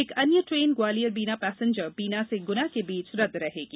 एक अन्य train Gwalior Bina passenger Bina से गुना के बीच रद्द रहेगी